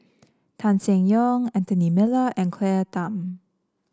Tan Seng Yong Anthony Miller and Claire Tham